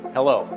Hello